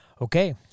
Okay